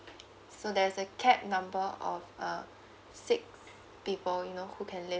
so there's a cap number of uh six people you know who can live